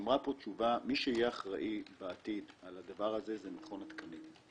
נאמר פה: מי שיהיה אחראי בעתיד על הדבר הזה הוא מכון התקנים.